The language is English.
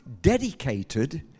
dedicated